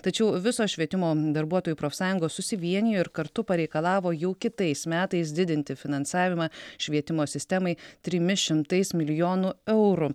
tačiau visos švietimo darbuotojų profsąjungos susivienijo ir kartu pareikalavo jau kitais metais didinti finansavimą švietimo sistemai trimis šimtais milijonų eurų